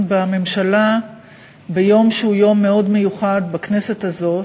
בממשלה ביום שהוא יום מאוד מיוחד בכנסת הזאת,